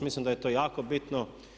Mislim da je to jako bitno.